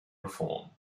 reform